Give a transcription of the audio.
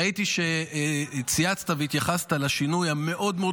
ראיתי שצייצת והתייחסת לשינוי המאוד-מאוד